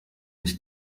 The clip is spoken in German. nicht